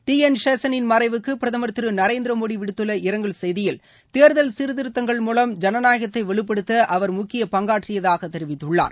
D N சேஷனின் மறைவுக்கு பிரதமர் திரு நரேந்திர மோடி விடுத்துள்ள இரங்கல் செய்தியில் தேர்தல் சீர்திருத்தங்கள் மூலம் ஜனநாயகத்தை வலுப்படுத்த அவர் முக்கிய பங்காற்றியதாக தெரிவித்துள்ளர்